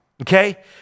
okay